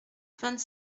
vingt